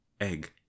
egg